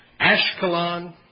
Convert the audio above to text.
Ashkelon